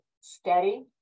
steady